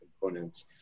components